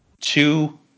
Two